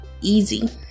easy